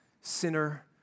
sinner